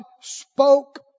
spoke